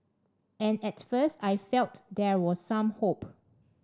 and at first I felt there was some hope